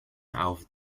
auf